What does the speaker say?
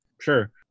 sure